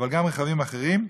אבל גם רכבים אחרים,